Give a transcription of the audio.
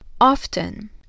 often